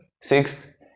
sixth